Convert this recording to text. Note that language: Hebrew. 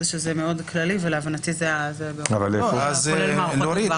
שזה ניסוח מאוד כללי שכולל גם מערכות הגברה.